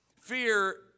Fear